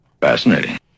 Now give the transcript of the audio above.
fascinating